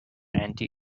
anti